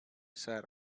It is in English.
sat